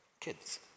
kids